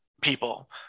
people